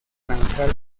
lanzar